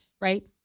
Right